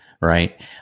right